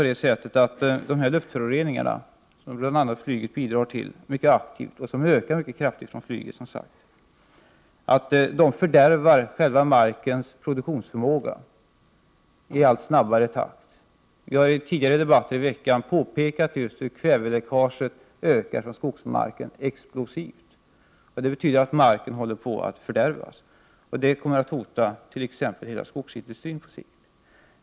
Dessa luftföroreningar, som bl.a. flyget bidrar till mycket aktivt och som ökar mycket kraftigt, fördärvar själva markens produktionsförmåga i allt snabbare takt. Vi har i tidigare debatter denna vecka påpekat hur kväveläckaget från skogsmarken ökar explosionsartat. Det betyder att marken håller på att fördärvas. Och det kommer på sikt att hota hela skogsindustrin.